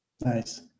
Nice